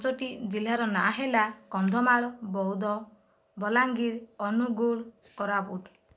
ପାଞ୍ଚଟି ଜିଲ୍ଲାର ନାଁ ହେଲା କନ୍ଧମାଳ ବୌଦ୍ଧ ବଲାଙ୍ଗୀର ଅନୁଗୁଳ କୋରାପୁଟ